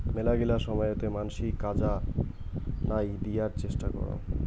মেলাগিলা সময়তে মানসি কাজা নাই দিয়ার চেষ্টা করং